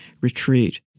retreat